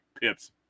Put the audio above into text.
Pip's